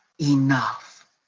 enough